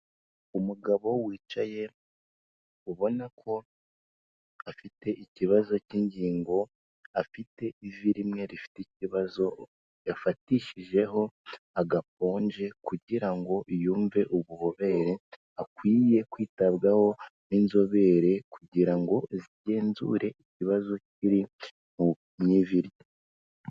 Umugabo wicaye ubona ko afite ikibazo cy'ingingo, afite ivi rimwe rifite ikibazo yafatishijeho agaponje kugira ngo yumve ububobere akwiye kwitabwaho n'inzobere kugira ngo zigenzure ikibazo kiri mu ivi rye.